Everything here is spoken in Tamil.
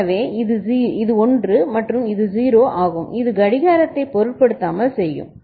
எனவே இது 1 மற்றும் இது 0 ஆகும் இது கடிகாரத்தைப் பொருட்படுத்தாமல் செய்யும்